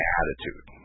attitude